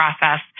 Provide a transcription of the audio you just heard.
process